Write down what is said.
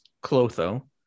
Clotho